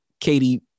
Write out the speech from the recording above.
Katie